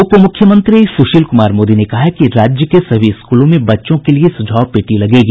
उपमुख्यमंत्री सुशील कुमार मोदी ने कहा है कि राज्य के सभी स्कूलों में बच्चों के लिए सुझाव पेटी लगेगी